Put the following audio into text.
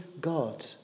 God